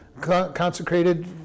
consecrated